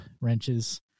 wrenches